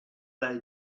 they